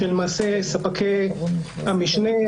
שלמעשה ספקי המשנה,